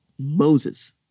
Moses